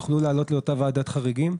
הם יוכלו לעלות לאותה ועדת חריגים?